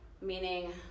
Meaning